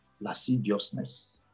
lasciviousness